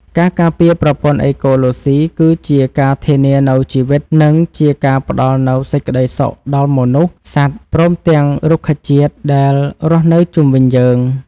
ការការពារប្រព័ន្ធអេកូឡូស៊ីគឺជាការធានានូវជីវិត និងជាការផ្តល់នូវសេចក្តីសុខដល់មនុស្ស សត្វ ព្រមទាំងរុក្ខជាតិដែលរស់នៅជុំវិញយើង។